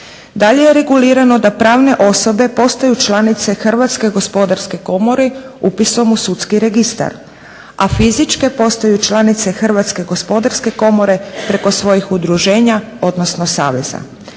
Dalje je regulirano da pravne osobe postaju članice Hrvatske gospodarske komore upisom u sudski registar, a fizičke postaju članice Hrvatske gospodarske komore preko svojih udruženja, odnosno saveza.